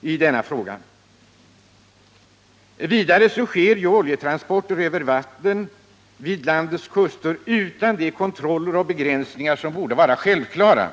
i denna fråga. Vidare sker oljetransporter över vatten vid landets kuster utan de kontroller och begränsningar som borde vara självklara.